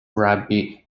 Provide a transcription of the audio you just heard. rabbi